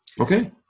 Okay